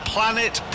Planet